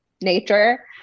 nature